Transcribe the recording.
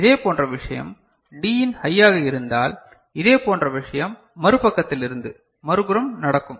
இதே போன்ற விஷயம் Dஇன் ஹையாக இருந்தால் இதேபோன்ற விஷயம் மறுபக்கத்திலிருந்து மறுபுறம் நடக்கும்